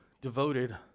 devoted